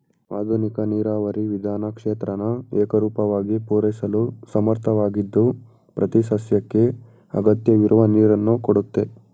ಆಧುನಿಕ ನೀರಾವರಿ ವಿಧಾನ ಕ್ಷೇತ್ರನ ಏಕರೂಪವಾಗಿ ಪೂರೈಸಲು ಸಮರ್ಥವಾಗಿದ್ದು ಪ್ರತಿಸಸ್ಯಕ್ಕೆ ಅಗತ್ಯವಿರುವ ನೀರನ್ನು ಕೊಡುತ್ತೆ